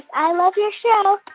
i love your show